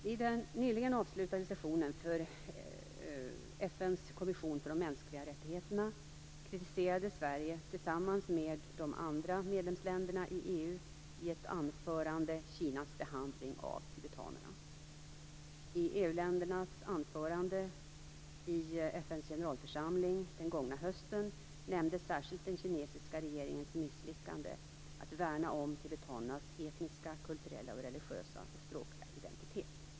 Vid den nyligen avslutade sessionen för FN:s kommission för de mänskliga rättigheterna kritiserade EU i ett anförande Kinas behandling av tibetanerna. I EU-ländernas anförande i FN:s generalförsamling under den gångna hösten nämndes särskilt den kinesiska regeringens misslyckande med att värna om tibetanernas etniska, kulturella, religiösa och språkliga identitet.